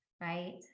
right